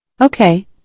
Okay